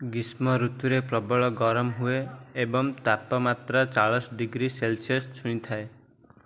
ଗ୍ରୀଷ୍ମ ଋତୁରେ ପ୍ରବଳ ଗରମ ହୁଏ ଏବଂ ତାପମାତ୍ରା ଚାଳିଶ ଡିଗ୍ରୀ ସେଲସିୟସ୍ ଛୁଇଁଥାଏ